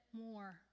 more